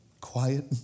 quiet